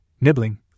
nibbling